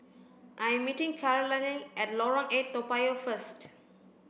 I am meeting Carlyle at Lorong eight Toa Payoh first